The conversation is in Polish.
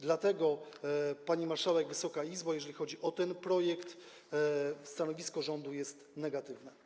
Dlatego, pani marszałek, Wysoka Izbo, jeżeli chodzi o ten projekt, stanowisko rządu jest negatywne.